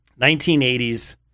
1980s